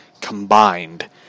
combined